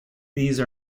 these